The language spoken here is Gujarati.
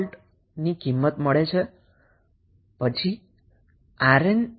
6V કિંમત મળે છે